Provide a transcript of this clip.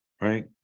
right